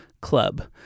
club